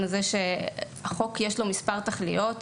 לחוק יש מספר תכליות,